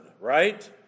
right